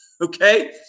okay